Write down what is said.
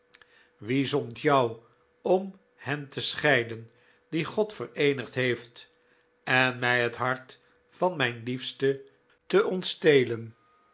jou om hen te scheiden die god vereenigd heeft en mij het hart van mijn liefste te ontstelen